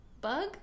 bug